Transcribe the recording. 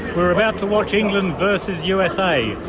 we're about to watch england versus u s a.